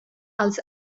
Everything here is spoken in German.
als